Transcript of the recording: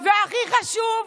והכי חשוב,